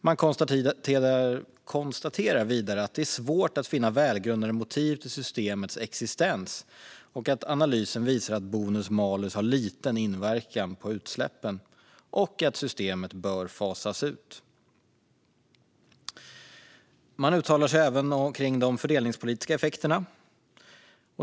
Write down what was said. Man konstaterar vidare att det är svårt att finna välgrundade motiv till systemets existens och att analysen visar att bonus-malus har liten inverkan på utsläppen samt att systemet bör fasas ut. Man uttalar sig även om de fördelningspolitiska effekterna.